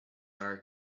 are